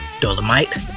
Dolomite